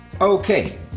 Okay